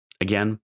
again